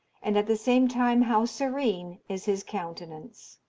and at the same time how serene is his countenance!